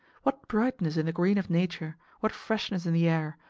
what brightness in the green of nature, what freshness in the air,